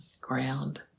ground